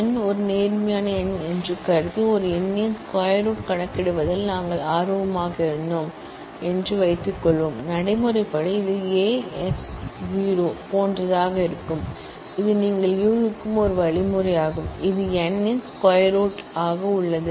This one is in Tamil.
N ஒரு பாசிட்டிவ் நம்பர் என்று கருதி ஒரு எண்ணின் ஸ்கொயர் ரூட் கணக்கிடுவதில் நாங்கள் ஆர்வமாக இருந்தோம் என்று வைத்துக்கொள்வோம் நடைமுறை படி இது a X o போன்றதாக இருக்கும் இது நீங்கள் அசம்ப்ஷன் செய்யும் ஒரு வழிமுறையாகும் இது n இன் ஸ்கொயர் ரூட் உள்ளது